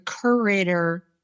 curator